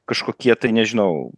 kažkokie tai nežinau